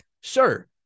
Sure